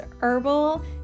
herbal